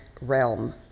realm